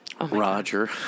Roger